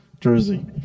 jersey